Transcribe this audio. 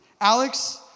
Alex